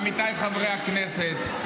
עמיתיי חברי הכנסת,